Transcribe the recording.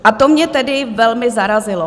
A to mě tedy velmi zarazilo.